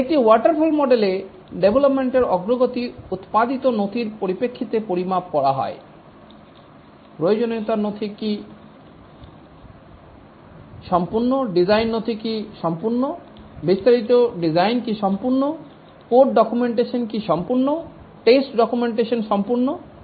একটি ওয়াটারফল মডেলে ডেভলপমেন্টের অগ্রগতি উত্পাদিত নথির পরিপ্রেক্ষিতে পরিমাপ করা হয় প্রয়োজনীয়তার নথি কি সম্পূর্ণ ডিজাইন নথি কি সম্পূর্ণ বিস্তারিত ডিজাইন কি সম্পূর্ণ কোড ডকুমেন্টেশন কি সম্পূর্ণ টেস্ট ডকুমেন্টেশন সম্পূর্ণ